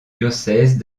diocèse